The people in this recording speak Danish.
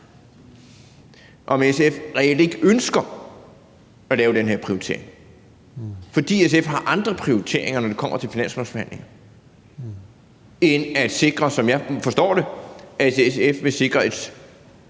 at SF reelt ikke ønsker at lave den her prioritering, fordi SF har andre prioriteringer, når det kommer til finanslovsforhandlingen, end, som jeg forstår det, at sikre et